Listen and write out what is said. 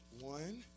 one